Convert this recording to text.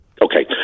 okay